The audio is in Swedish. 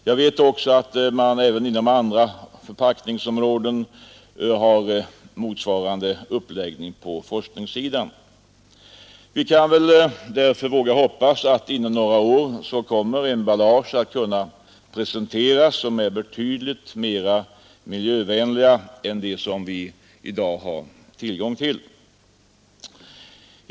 Jag vet också att det även inom andra förpackningsområden bedrivs en motsvarande forskningsverksamhet. Vi kan väl därför våga hoppas att det inom några år kommer att kunna presenteras emballage som är betydligt mera miljövänligt än det som vi i dag har tillgång till.